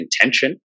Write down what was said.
intention